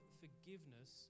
forgiveness